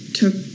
took